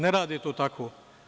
Ne rade to tako.